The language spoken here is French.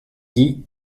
guy